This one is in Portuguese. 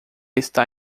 está